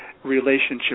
relationship